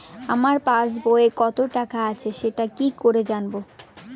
আমার পাসবইয়ে কত টাকা আছে সেটা কি করে জানবো?